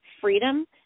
freedom